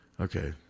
Okay